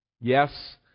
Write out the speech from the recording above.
yes